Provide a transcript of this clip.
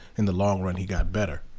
in the long run he got better.